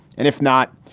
and if not,